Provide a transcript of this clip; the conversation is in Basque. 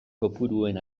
kopuruen